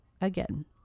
again